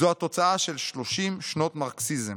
זאת התוצאה של 30 שנות מרקסיזם.